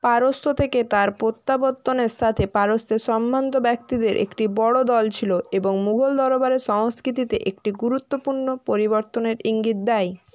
পারস্য থেকে তার প্রত্যাবর্তনের সাথে পারস্যের সম্ভ্রান্ত ব্যক্তিদের একটি বড় দল ছিল এবং মুঘল দরবারের সংস্কৃতিতে একটি গুরুত্বপূর্ণ পরিবর্তনের ইঙ্গিত দেয়